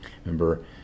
Remember